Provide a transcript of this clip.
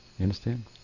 understand